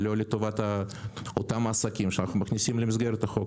לא לטובת אותם עסקים שאנחנו מכניסים למסגרת החוק.